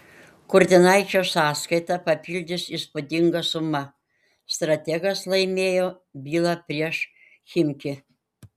kurtinaičio sąskaitą papildys įspūdinga suma strategas laimėjo bylą prieš chimki